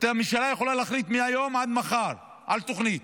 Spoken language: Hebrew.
הממשלה יכולה להחליט מהיום עד מחר על תוכנית,